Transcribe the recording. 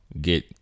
get